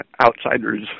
outsiders